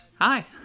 Hi